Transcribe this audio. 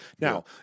Now